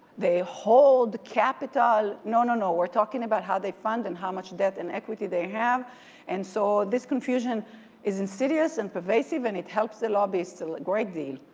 they hold the capital. no, no, no. we're talking about how they fund and how much debt and equity they have and so this confusion is insidious and pervasive and it helps the lobbyists a great deal.